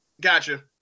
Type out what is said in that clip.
Gotcha